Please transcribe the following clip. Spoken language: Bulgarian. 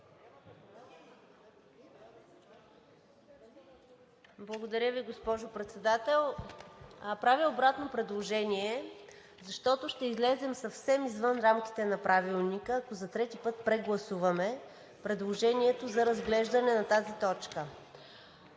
Благодаря Ви, госпожо Председател. Правя обратно предложение, защото ще излезем съвсем извън рамките на Правилника, ако за трети път прегласуваме предложението за разглеждане на тази точка.